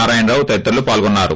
నారాయణ రావు తదితరులు పాల్గొన్నారు